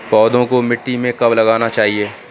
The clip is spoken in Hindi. पौधों को मिट्टी में कब लगाना चाहिए?